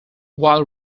while